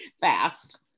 Fast